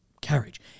carriage